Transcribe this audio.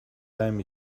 time